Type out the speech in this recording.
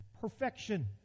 perfection